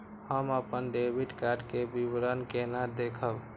हम अपन debit card के विवरण केना देखब?